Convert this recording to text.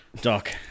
Doc